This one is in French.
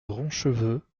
roncheveux